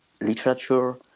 literature